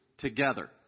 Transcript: together